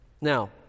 Now